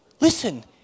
Listen